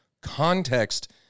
context